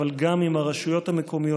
אבל גם עם הרשויות המקומיות,